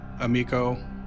Amico